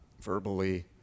verbally